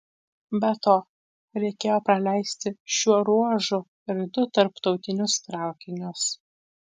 be to reikėjo praleisti šiuo ruožu ir du tarptautinius traukinius